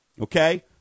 okay